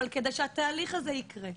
אבל כדי שהתהליך הזה יקרה,